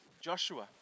Joshua